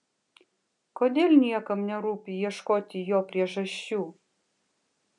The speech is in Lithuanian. kodėl niekam nerūpi ieškoti jo priežasčių